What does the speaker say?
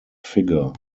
figure